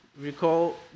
recall